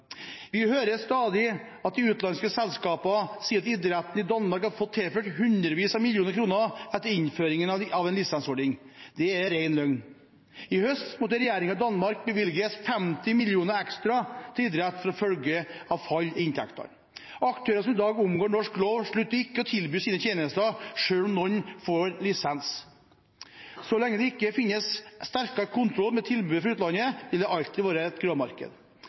Vi hører stadig at de utenlandske selskapene sier at idretten i Danmark har fått tilført hundrevis av millioner kroner etter innføringen av en lisensordning. Det er ren løgn. I høst måtte regjeringen i Danmark bevilge 50 mill. kroner ekstra til idretten som følge av fall i inntektene. Aktørene som i dag omgår norsk lov, slutter ikke å tilby sine tjenester selv om noen får lisens. Så lenge det ikke finnes sterkere kontroll med tilbudet fra utlandet, vil det alltid være et gråmarked.